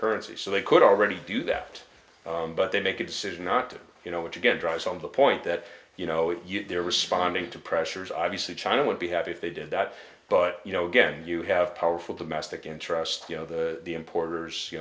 currency so they could already do that but they make a decision not to you know which again drives home the point that you know if they're responding to pressures obviously china would be happy if they did that but you know again you have powerful domestic interests you know the